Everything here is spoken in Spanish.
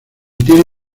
tiene